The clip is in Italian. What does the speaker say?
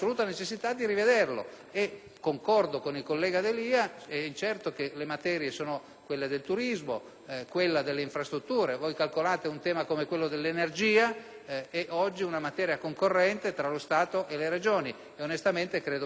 Concordo con il collega D'Alia: le materie sono quelle del turismo e delle infrastrutture. Si prenda un tema come quello dell'energia, che è oggi una materia concorrente tra lo Stato e le Regioni; onestamente, credo che questo non sia più possibile.